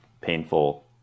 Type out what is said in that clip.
painful